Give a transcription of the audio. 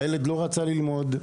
הילד לא רצה ללמות,